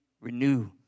renew